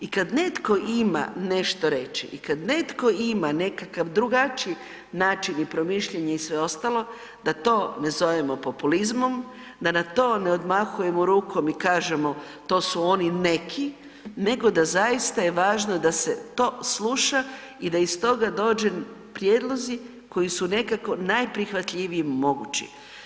I kada netko ima nešto reći i kad netko ima nekakav drugačiji način promišljanja i sve ostalo, da to ne zovemo populizmom, da na to ne odmahujemo rukom i kažemo to su oni neki, nego da zaista je važno da se to sluša i da iz toga dođu prijedlozi koji su nekako najprihvatljiviji mogući.